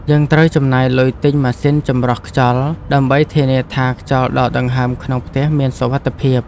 យើងត្រូវចំណាយលុយទិញម៉ាស៊ីនចម្រោះខ្យល់ដើម្បីធានាថាខ្យល់ដកដង្ហើមក្នុងផ្ទះមានសុវត្ថិភាព។